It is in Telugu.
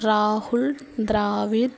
రాహుల్ ద్రావిడ్